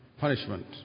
punishment